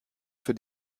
für